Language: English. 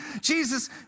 Jesus